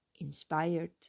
Inspired